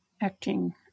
acting